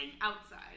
outside